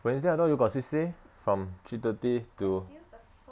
wednesday I thought you got C_C_A from three thirty to